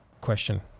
question